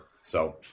so-